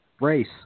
race